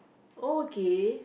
okay